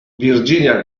virginia